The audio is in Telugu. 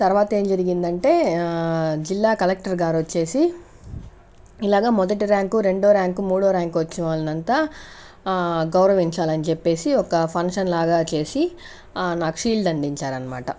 తర్వాత ఏం జరిగిందంటే జిల్లా కలెక్టర్ గారు వచ్చేసి ఇలాగా మొదట ర్యాంకు రెండవ ర్యాంకు మూడో ర్యాంకు వచ్చిన వాళ్లంతా గౌరవించాలని చెప్పేసి ఒక ఫంక్షన్లాగా చేసి నాకు షీల్డ్ అందించారనమాట